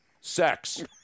Sex